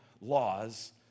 laws